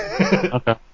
Okay